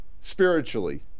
spiritually